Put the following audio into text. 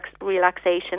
relaxation